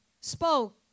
spoke